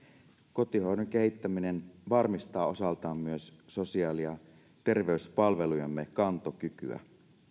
kotihoidon kehittäminen varmistaa osaltaan myös sosiaali ja terveyspalvelujemme kantokykyä